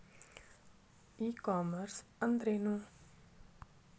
E commerce ಅಂದ್ರೇನು?